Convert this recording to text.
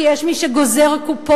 כי יש מי שגוזר קופונים,